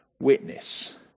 witness